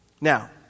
Now